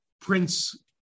Prince